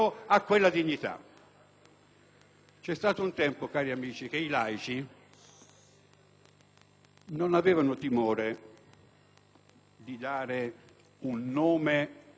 non avevano timore di dare un nome alla religione dell'articolo 2 della Costituzione;